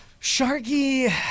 Sharky